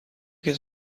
his